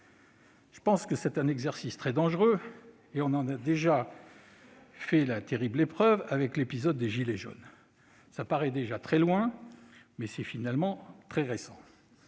Je pense que c'est un exercice très dangereux, comme on a pu en faire l'expérience avec l'épisode des « gilets jaunes ». Cela paraît déjà très loin, mais c'est finalement très récent.